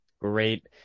Great